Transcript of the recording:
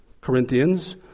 Corinthians